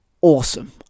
awesome